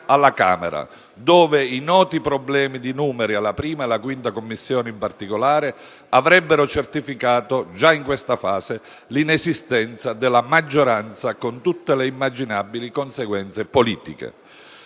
alla Camera, dove i noti problemi di numeri alla I e alla V Commissione, in particolare, avrebbero certificato già in questa fase l'inesistenza della maggioranza con tutte le immaginabili conseguenze politiche.